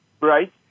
Right